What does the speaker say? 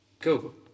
cool